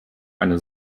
eine